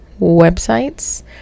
websites